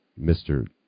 Mr